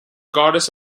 goddess